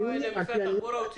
זה יגרום למוצר להיות